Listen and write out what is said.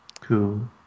cool